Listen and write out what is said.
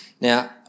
Now